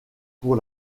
pour